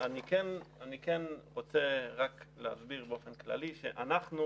אני כן רוצה להסביר באופן כללי שאנחנו